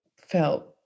felt